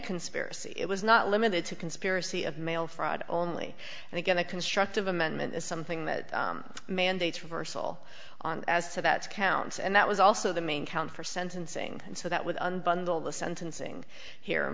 conspiracy it was not limited to conspiracy of mail fraud only and again a constructive amendment is something that mandates reversal on as to that counts and that was also the main count for sentencing and so that with unbundled the sentencing hearing